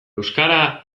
euskara